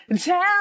Tell